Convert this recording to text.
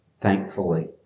Thankfully